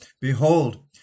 Behold